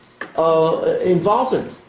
involvement